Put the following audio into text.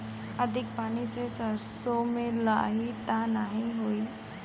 अधिक पानी से सरसो मे लाही त नाही होई?